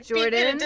Jordan